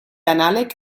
anàleg